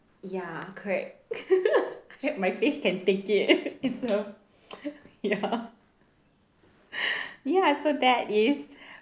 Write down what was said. ya correct my face can take it it's the ya ya so that is